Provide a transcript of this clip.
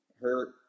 Hurt